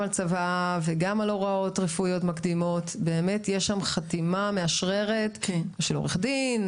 בצוואה ובהוראות רפואיות מקדימות יש חתימה מאשררת של עורך דין,